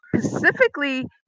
specifically